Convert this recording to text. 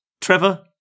Trevor